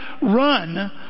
run